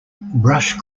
brush